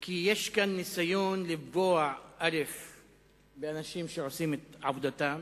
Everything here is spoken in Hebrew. כי יש כאן ניסיון לפגוע באנשים שעושים את עבודתם,